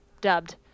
dubbed